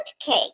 cake